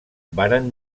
varen